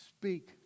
Speak